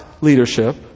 leadership